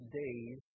days